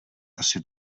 asi